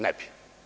Ne bi.